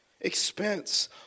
expense